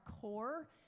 core